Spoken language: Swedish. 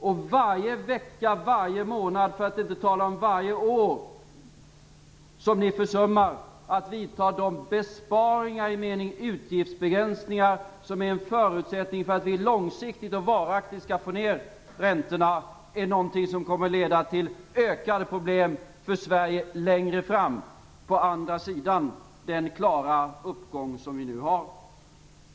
Och varje vecka, varje månad, för att inte tala om varje år, som ni försummar att vidta de besparingar, i mening utgiftsbegränsningar, som är en förutsättning för att vi långsiktigt och varaktigt skall få ner räntorna, kommer att leda till ökade problem för Sverige längre fram, på andra sidan den klara uppgång som vi nu har.